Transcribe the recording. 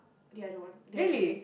the other one the other day